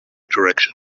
direction